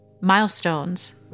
milestones